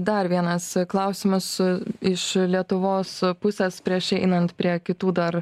dar vienas klausimas iš lietuvos pusės prieš einant prie kitų dar